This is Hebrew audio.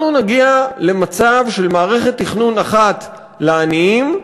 אנחנו נגיע למצב של מערכת תכנון אחת לעניים,